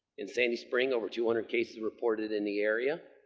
in sandy spring over two hundred cases reported in the area.